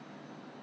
snail